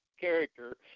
character